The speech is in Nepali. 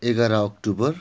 एघार अक्टोबर